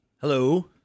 Hello